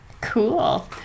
Cool